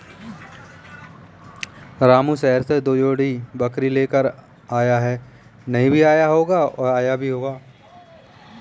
रामू शहर से दो जोड़ी बकरी लेकर आया है